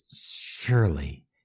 surely